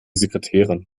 sekretärin